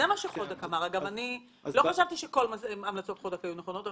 לא חשבתי שכל המלצות חודק היו נכונות.